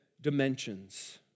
dimensions